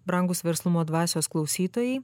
brangūs verslumo dvasios klausytojai